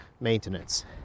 maintenance